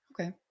Okay